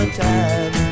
time